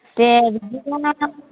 दे बिदिब्ला